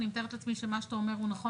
אני מתארת לעצמי שמה שאתה אומר הוא נכון